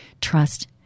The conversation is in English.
trust